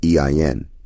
EIN